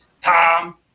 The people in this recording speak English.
Tom